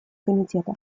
комитета